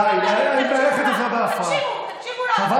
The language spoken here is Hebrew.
די.